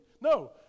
No